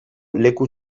leku